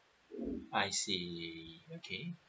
I see okay